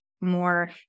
more